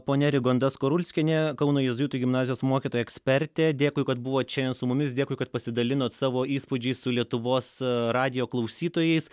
ponia rigonda skurulskienė kauno jėzuitų gimnazijos mokytoja ekspertė dėkui kad buvot šiandien su mumis dėkui kad pasidalinot savo įspūdžiais su lietuvos radijo klausytojais